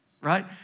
right